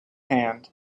hand